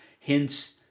hence